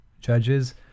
judges